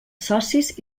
socis